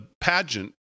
pageant